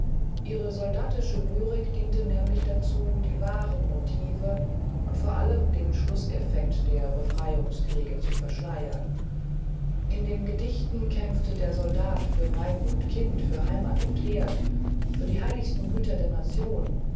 ihre soldatische lyrik diente nämlich dazu die wahren motive und vor allem den schlußeffekt der befreiungskriege zu verschleiern in den gedichten kämpfte der soldat für weib und kind für heimat und herd für die heiligsten güter der nation